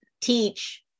teach